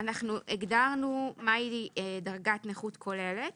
אנחנו הגדרנו מהי דרגת נכות כוללת